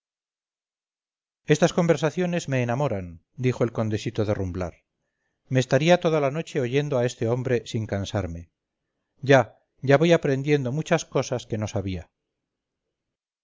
estas conversaciones me enamoran dijo el condesito de rumblar me estaría toda la noche oyendo a este hombre sin cansarme ya ya voy aprendiendo muchas cosas que no sabía